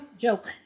Joke